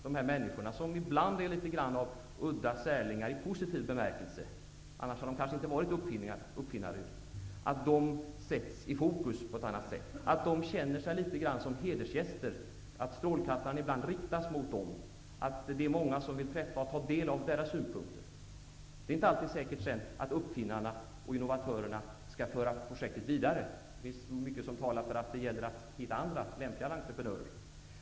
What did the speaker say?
De här människorna, som ibland i positiv bemärkelse är något udda, särlingar -- annars hade de kanske inte varit uppfinnare -- skall sättas i fokus på ett annat sätt än som hittills varit fallet. De skall känna sig som något av hedersgäster. De skall känna att strålkastaren ibland riktas på dem och att det är många som vill träffa dem och ta del av deras synpunkter. Men det är inte alltid så, att uppfinnarna och innovatörerna skall föra projekt vidare. Det finns mycket som talar för att det gäller att hitta andra lämpliga entreprenörer.